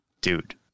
dude